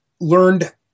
learned